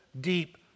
deep